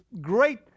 great